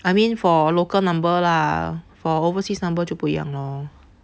I mean for local number lah for overseas number 就不一样 lor